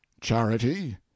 charity